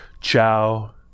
ciao